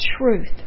truth